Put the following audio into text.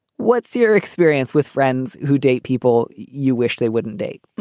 what's your experience with friends who date people you wish they wouldn't date?